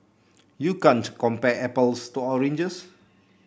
you can't compare apples to oranges